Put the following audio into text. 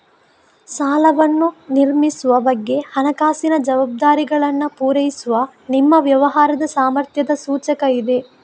ಸಾಲವನ್ನು ನಿರ್ವಹಿಸುವ ಬಗ್ಗೆ ಹಣಕಾಸಿನ ಜವಾಬ್ದಾರಿಗಳನ್ನ ಪೂರೈಸುವ ನಿಮ್ಮ ವ್ಯವಹಾರದ ಸಾಮರ್ಥ್ಯದ ಸೂಚಕ ಇದೆ